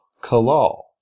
Kalal